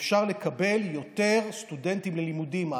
ואפשר לקבל יותר סטודנטים ללימודים.